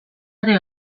ari